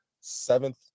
seventh